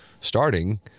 starting